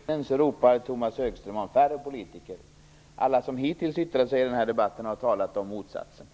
Fru talman! Som en ensam pelikan i öknen ropar Tomas Högström på färre politiker. Alla som hittills har yttrat sig i den här debatten har talat om motsatsen.